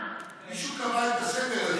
מישהו קבע את הסדר הזה.